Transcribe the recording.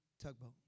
tugboat